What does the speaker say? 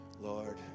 Lord